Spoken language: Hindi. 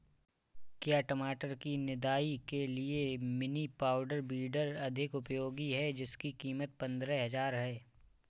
क्या टमाटर की निदाई के लिए मिनी पावर वीडर अधिक उपयोगी है जिसकी कीमत पंद्रह हजार है?